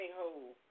hold